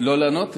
לא לענות?